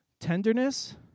tenderness